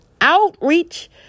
outreach